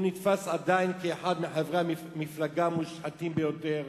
הוא נתפס עדיין כאחד מחברי המפלגה המושחתים ביותר